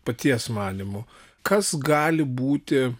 paties manymu kas gali būti